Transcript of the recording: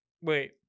wait